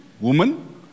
woman